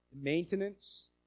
maintenance